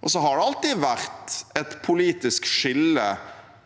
det alltid vært et politisk skille